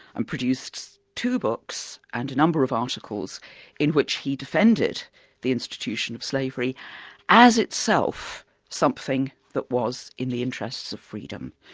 and produced two books and a number of articles in which he defended the institution of slavery as itself something that was in the interests of freedom.